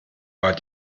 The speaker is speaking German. war